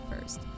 first